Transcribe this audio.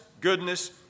goodness